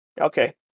Okay